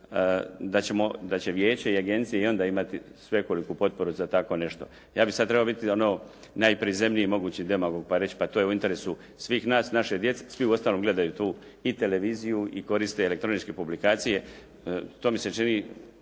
da će vijeće i agencije i onda imati svekoliku potporu za tako nešto. Ja bih sad trebao biti ono najprizemniji mogući demagog pa reći to je u interesu svih nas, naše djece, svi uostalom gledaju tu televiziju i koriste elektroničke publikacije. To mi se čini